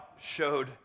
showed